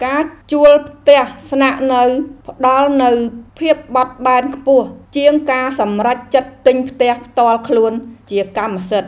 ការជួលផ្ទះស្នាក់នៅផ្តល់នូវភាពបត់បែនខ្ពស់ជាងការសម្រេចចិត្តទិញផ្ទះផ្ទាល់ខ្លួនជាកម្មសិទ្ធិ។